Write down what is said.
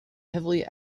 heavily